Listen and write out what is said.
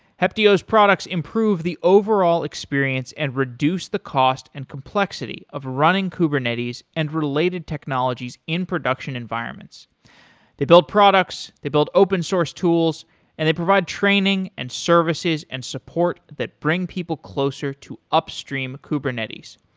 heptio's products improve the overall experience and reduce the cost and complexity of running kubernetes and related in technologies in production environments they build products, they build open source tools and they provide training and services and support that bring people closer to upstream kubernetes.